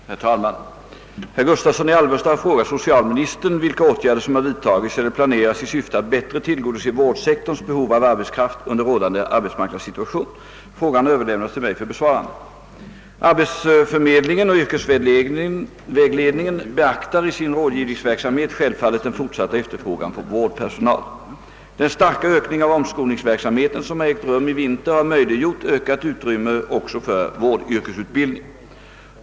Herr talman! Herr Gustavsson i Alvesta har frågat socialministern vilka åtgärder som har vidtagits eller planeras i syfte att bättre tillgodose vårdsektorns behov av arbetskraft under rådande arbetsmarknadssituation. Frågan har överlämnats till mig för besvarande. Arbetsförmedlingen och yrkesvägledningen beaktar i sin rådgivningsverksamhet självfallet den fortsatta efterfrågan på vårdpersonal. Den starka ökning av omskolningsverksamheten som har ägt rum i vinter har möjliggjort ökat utrymme också för vårdyrkesutbildning.